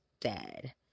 Dead